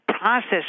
process